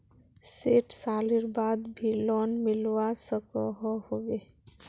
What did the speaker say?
सैट सालेर बाद भी लोन मिलवा सकोहो होबे?